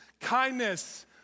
kindness